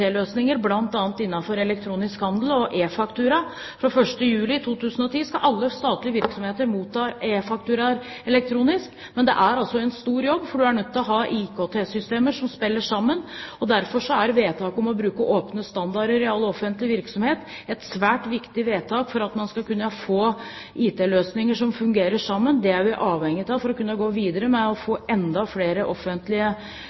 elektronisk handel og e-faktura. Fra 1. juli 2010Statsråden oppga feil årstall; det skulle være 2011. skal alle statlige virksomheter motta fakturaer elektronisk. Men det er altså en stor jobb, for vi er nødt til å ha IKT-systemer som spiller sammen. Derfor er vedtaket om å bruke åpne standarder i all offentlig virksomhet et svært viktig vedtak for at man skal kunne få IT-løsninger som fungerer sammen. Det er vi avhengige av for å kunne gå videre med å